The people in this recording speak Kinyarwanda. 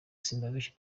simbabeshya